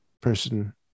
person